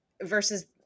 versus